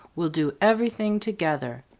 we'll do everything together,